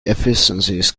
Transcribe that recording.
efficiencies